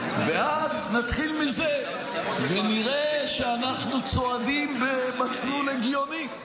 נתחיל מזה, ונראה שאנחנו צועדים במסלול הגיוני.